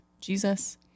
Jesus